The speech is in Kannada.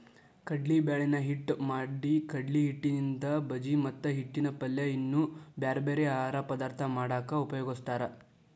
ಕಡ್ಲಿಬ್ಯಾಳಿನ ಹಿಟ್ಟ್ ಮಾಡಿಕಡ್ಲಿಹಿಟ್ಟಿನಿಂದ ಬಜಿ ಮತ್ತ ಹಿಟ್ಟಿನ ಪಲ್ಯ ಇನ್ನೂ ಬ್ಯಾರ್ಬ್ಯಾರೇ ಆಹಾರ ಪದಾರ್ಥ ಮಾಡಾಕ ಉಪಯೋಗಸ್ತಾರ